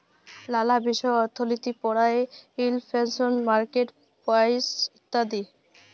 লালা বিষয় অর্থলিতি পড়ায়ে ইলফ্লেশল, মার্কেট প্রাইস ইত্যাদি